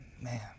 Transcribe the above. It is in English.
Man